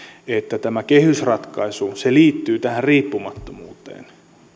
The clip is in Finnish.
että tämä kehysratkaisu liittyy tähän riippumattomuuteen